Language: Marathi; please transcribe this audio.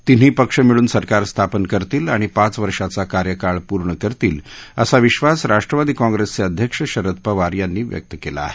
तिन्ही पक्ष मिळून सरकार स्थापन करतील आणि पाच वर्षाचा कार्यकाळ पूर्ण करतील असा विश्वास राष्ट्रवादी काँग्रेसचे अध्यक्ष शरद पवार यांनी व्यक्त केला आहे